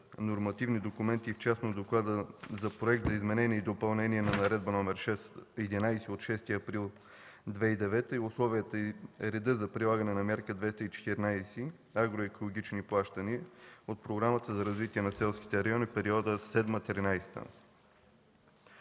нормативни документи, в частност доклада за Проект за изменение и допълнение на Наредба № 11 от 6 април 2009 г. за условията и реда за прилагане на Мярка 214 „Агроекоелогични плащания” от Програмата за развитие на селските райони в периода